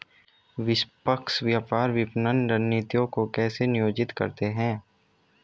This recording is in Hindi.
निष्पक्ष व्यापार विपणन रणनीतियों को कैसे नियोजित करते हैं?